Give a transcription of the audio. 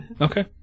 Okay